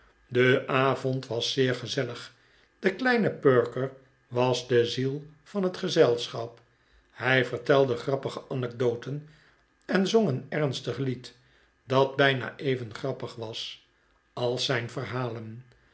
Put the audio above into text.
de avond was zeer gezellig de kleine perker was de ziel van het gezelschap hij vertelde grappige anecdoten en zong een ernstig lied dat bijna even grappig was als zijn verhalen